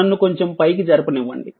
నన్ను కొంచెం పైకి జరపనివ్వండి